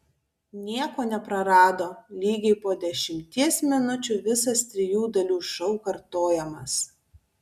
nieko neprarado lygiai po dešimties minučių visas trijų dalių šou kartojamas